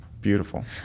Beautiful